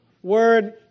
Word